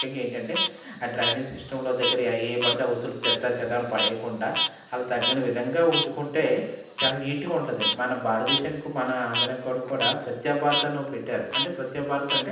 ముఖ్యంగా ఏంటంటే అ డ్రైనేజ్ సిస్టంలో దగ్గర ఏవి పడితే అవి వస్తువులు చెత్తచెదారం పడకుండా అవి తగిన విధంగా ఉంచుకుంటే చాలా నీట్గా ఉంటుంది మన భారతదేశంలో మన అందరికి కూడా స్వచ్చభారత్ అని పెట్టారు స్వచ్ఛభారత్ అంటే